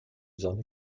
sonne